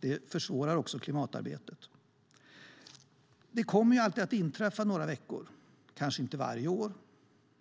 Det försvårar också klimatarbetet. Det kommer alltid att inträffa några veckor, kanske inte varje år,